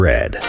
Red